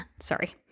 Sorry